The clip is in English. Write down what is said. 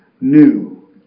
new